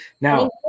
now